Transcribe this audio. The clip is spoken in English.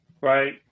right